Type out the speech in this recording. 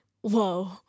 Whoa